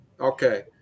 okay